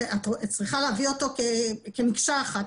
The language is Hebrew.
את צריכה להביא אותו כמקשה אחת.